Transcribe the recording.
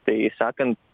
tai sekant